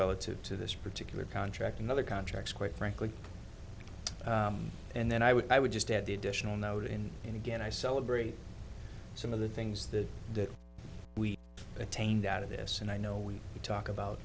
relative to this particular contract and other contracts quite frankly and then i would i would just add the additional note in and again i celebrate some of the things that we attained out of this and i know we talk about